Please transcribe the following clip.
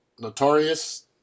notorious